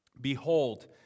Behold